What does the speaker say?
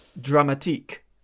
Dramatique